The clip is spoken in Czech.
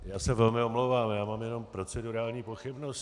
Já se velmi omlouvám, mám jenom procedurální pochybnost.